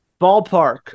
ballpark